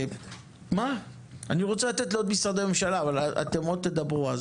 אני רוצה לתת לעוד משרדי ממשלה לדבר אבל אתם עוד תדברו,